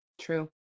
true